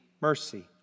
mercy